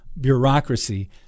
bureaucracy